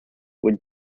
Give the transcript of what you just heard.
went